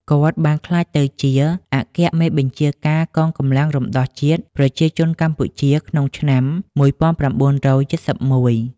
គាត់បានបានក្លាយទៅជាអគ្គមេបញ្ជាការកងកម្លាំងរំដោះជាតិប្រជាជនកម្ពុជាក្នុងឆ្នាំ១៩៧១។